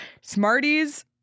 smarties